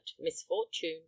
misfortune